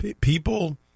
People